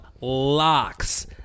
locks